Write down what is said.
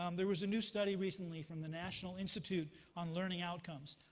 um there was a new study recently from the national institute on learning outcomes.